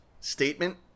statement